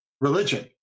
religion